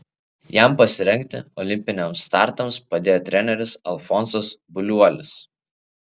jam pasirengti olimpiniams startams padėjo treneris alfonsas buliuolis